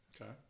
Okay